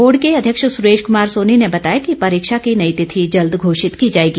board के अध्यक्ष सुरेश कुमार सोनी ने बताया कि परीक्षा की नई तिथि जल्द घोषित की जाएगी